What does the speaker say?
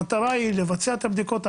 המטרה היא לבצע את הבדיקות,